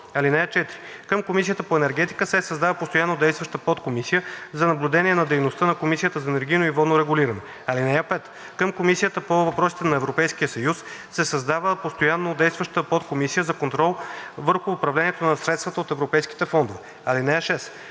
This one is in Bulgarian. (4) Към Комисията по енергетика се създава постоянно действаща подкомисия за наблюдение на дейността на Комисията за енергийно и водно регулиране. (5) Към Комисията по въпросите на Европейския съюз се създава постоянно действаща подкомисия за контрол върху управлението на средствата от европейските фондове.